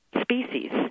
species